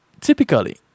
typically